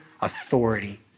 authority